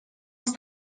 dni